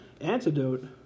antidote